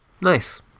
Nice